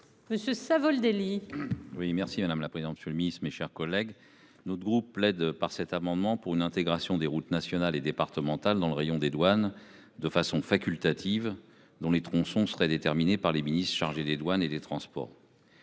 Monsieur Savoldelli. Oui merci madame la présidente. Monsieur le Ministre, mes chers collègues. Notre groupe plaide par cet amendement. Pour une intégration des routes nationales et départementales dans le rayon des douanes de façon facultative, dont les tronçons serait déterminé par les ministres chargés des douanes et des transports.